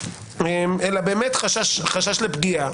אלא חשש לפגיעה,